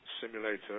simulator